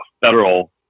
federal